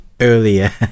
earlier